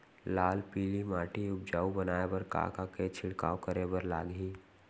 लाल पीली माटी ला उपजाऊ बनाए बर का का के छिड़काव करे बर लागही?